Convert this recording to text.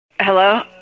hello